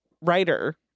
writer